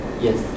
Yes